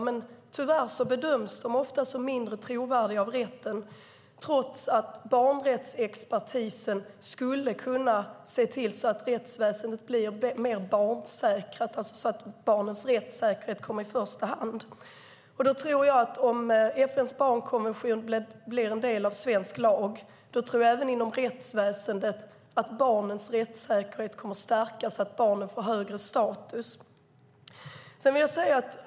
Men tyvärr bedöms de ofta som mindre trovärdiga av rätten, trots att barnrättsexpertisen skulle kunna se till att rättsväsendet blir mer barnsäkert, så att barnens rättssäkerhet kommer i första hand. Om FN:s barnkonvention blir en del av svensk lag tror jag att barnens rättssäkerhet kommer att stärkas, att barnen får högre status, även inom rättsväsendet.